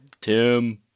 Tim